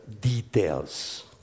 details